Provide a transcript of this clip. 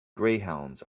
greyhounds